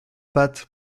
pat